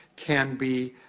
can be